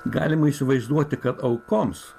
galima įsivaizduoti kad aukoms